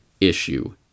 issue